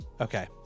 Okay